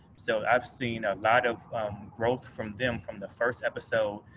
so, i've seen a lot of growth from them from the first episode.